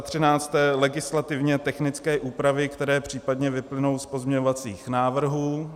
13. legislativně technické úpravy, které případně vyplynou z pozměňovacích návrhů.